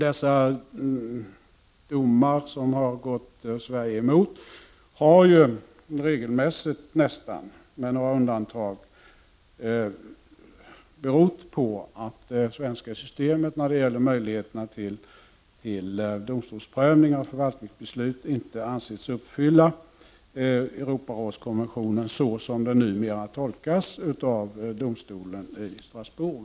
Dessa domar, som har gått Sverige emot, har regelmässigt med några undantag berott på att det svenska systemet när det gäller möjligheterna till domstolsprövning av förvaltningsbeslut inte ansetts uppfylla Europakonventionen så som den numera tolkas av domstolen i Strasbourg.